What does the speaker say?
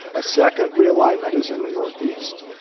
a second realignment is in the northeast.